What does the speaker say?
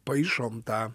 paišome tą